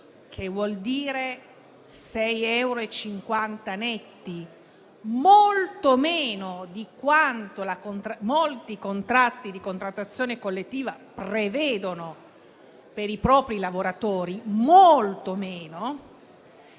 (che vuol dire 6,50 euro netti, molto meno di quanto molti contratti di contrattazione collettiva prevedono per i propri lavoratori), in